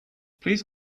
please